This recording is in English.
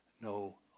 no